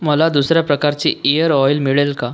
मला दुसऱ्या प्रकारचे एअर ऑईल मिळेल का